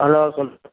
hello சொல்